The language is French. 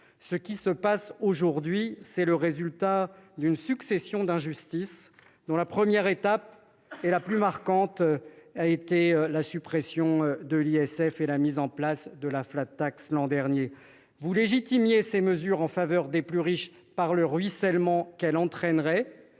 Ce qui se passe aujourd'hui est le résultat d'une succession d'injustices, dont la première étape, et la plus marquante, a été symbolisée par la suppression de l'ISF et la mise en place l'an dernier de la. Vous légitimiez ces mesures en faveur des plus riches par le ruissellement qu'elles entraîneraient,